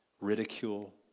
ridicule